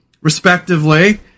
respectively